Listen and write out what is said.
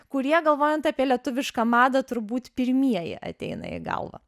kurie galvojant apie lietuvišką madą turbūt pirmieji ateina į galvą